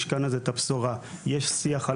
שנמצאים במשכן הזה ומבינים שהספורט